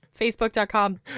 facebook.com